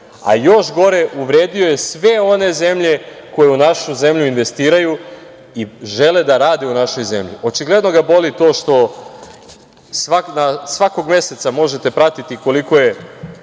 a još gore, uvredio je sve one zemlje koje u našu zemlju investiraju i žele da rade u našoj zemlji. Očigledno ga boli to što svakog meseca možete pratiti koliko je